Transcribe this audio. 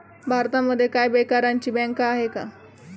भारतामध्ये काय बेकारांची बँक आहे का?